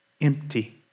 empty